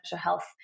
health